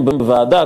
אם בוועדה,